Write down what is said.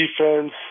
defense